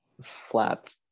flat